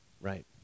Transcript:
right